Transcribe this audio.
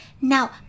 Now